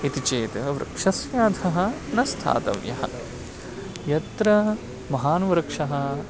इति चेत् वृक्षस्याधः न स्थातव्यः यत्र महान् वृक्षः